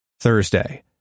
Thursday